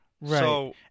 Right